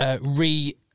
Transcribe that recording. Re